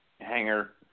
hanger